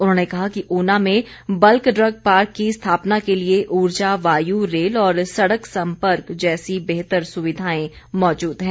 उन्होंने कहा कि ऊना में बल्क ड्रग पार्क की स्थापना के लिए उर्जा वायु रेल और सड़क सम्पर्क जैसी बेहतर सुविधाएं मौजूद हैं